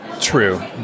true